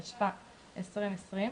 התשפ"א-2020,